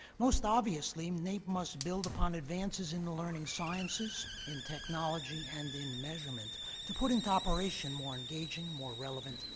most obviously, naep must build upon advances in the learning sciences, in technology, and in measurement to put into operation more engaging, more relevant,